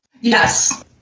Yes